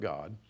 God